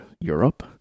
Europe